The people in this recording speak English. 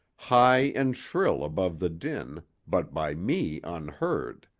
high and shrill above the din, but by me unheard.